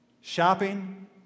shopping